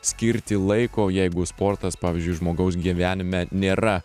skirti laiko jeigu sportas pavyzdžiui žmogaus gyvenime nėra